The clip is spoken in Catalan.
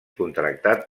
contractat